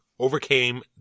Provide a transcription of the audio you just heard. Overcame